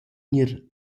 gnir